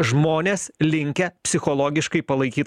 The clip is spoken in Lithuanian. žmonės linkę psichologiškai palaikyt